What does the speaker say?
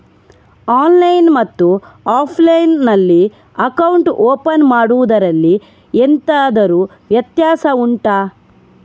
online ಮತ್ತು offline ನಲ್ಲಿ account open ಮಾಡುವುದರಲ್ಲಿ ಎಂತಾದರು ವ್ಯತ್ಯಾಸ ಉಂಟಾ